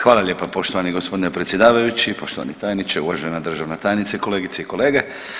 Hvala lijepa poštovani gospodine predsjedavajući, poštovani tajniče, uvažena državna tajnice, kolegice i kolege.